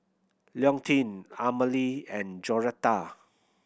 Leontine Amalie and Joretta